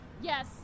Yes